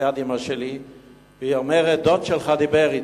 על-יד אמא שלי ואומר: דוד שלך דיבר אתי.